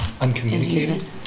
uncommunicated